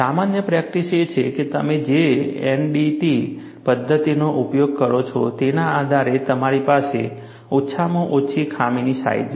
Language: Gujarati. સામાન્ય પ્રેક્ટિસ એ છે કે તમે જે NDT પદ્ધતિનો ઉપયોગ કરો છો તેના આધારે તમારી પાસે ઓછામાં ઓછી ખામીની સાઈજ છે